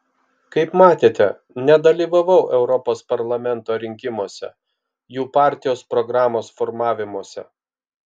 kaip matėte nedalyvavau europos parlamento rinkimuose jų partijos programos formavimuose